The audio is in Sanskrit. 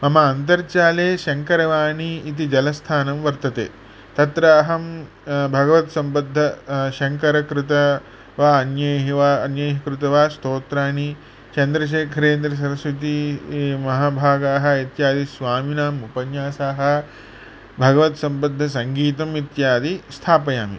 मम अन्तर्जाले शङ्करवाणी इति जलस्थानं वर्तते तत्र अहं भगवत् सम्बद्ध शङ्कर कृत वा अन्यैः वा अन्यैः कृत वा स्तोत्राणि चन्द्रशेखरेन्द्रसरस्वतीमहाभागाः इत्यादि स्वामीनाम् उपन्यासाः भगवत् सम्बद्धसङ्गीतम् इत्यादि स्थापयामि